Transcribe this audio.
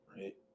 Right